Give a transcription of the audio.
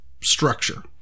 structure